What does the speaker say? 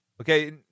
Okay